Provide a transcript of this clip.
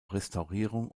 restaurierung